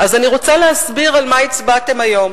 אני רוצה להסביר על מה הצבעתם היום.